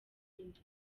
inda